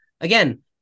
again